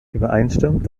übereinstimmend